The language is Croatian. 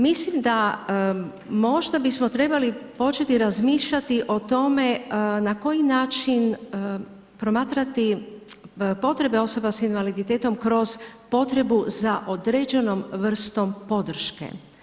Mislim da možda bismo trebali početi razmišljati o tome na koji način promatrati potrebe osoba s invaliditetom kroz potrebu za određenom vrstu podrške.